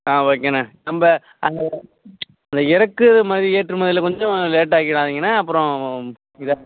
ஆ ஓகேண்ணா நம்ம அது அந்த இறக்குமதி ஏற்றுமதியில் கொஞ்சம் லேட்டாக்கிடாதீங்கண்ணா அப்புறம் இதாக